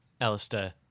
Alistair